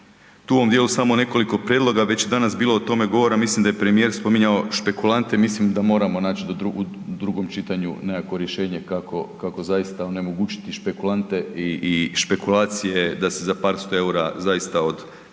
tu u ovom dijelu samo nekoliko prijedloga, već je danas bilo o tome govora, mislim da je premijer spominjao špekulante, mislim da moramo naći u drugom čitanju nekakvo rješenje kako zaista onemogućiti špekulante i špekulacije da se za par 100 eura zaista od starijih,